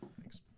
thanks